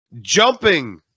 Jumping